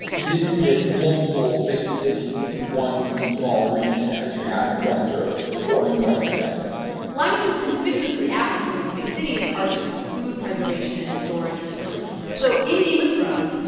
you didn't get multiple big cities in one small region, as you have in westeros or in western essos lyman says conspicuously absent from these big cities are just food preservation and storage facilities. so in game of thrones,